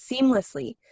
seamlessly